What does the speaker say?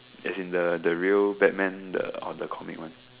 as in the the real Batman the on the comic one